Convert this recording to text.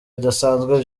bidasanzwe